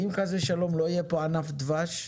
ואם חלילה לא יהיה פה ענף דבש,